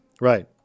Right